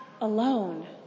alone